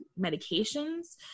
medications